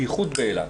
בייחוד באילת.